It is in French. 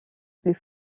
plus